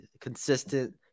consistent